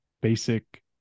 basic